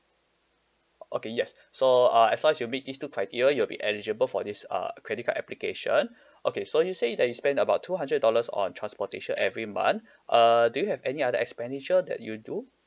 okay yes so uh as long as you meet this two criteria you'll be eligible for this uh credit card application okay so you say that you spend about two hundred dollars on transportation every month uh do you have any other expenditure that you do